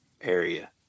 area